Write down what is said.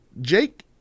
Jake